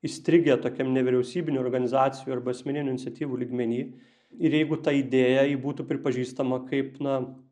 įstrigę tokiam nevyriausybinių organizacijų arba asmeninių iniciatyvų lygmeny ir jeigu ta idėja ji būtų pripažįstama kaip na